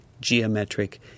geometric